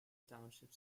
township